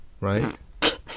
right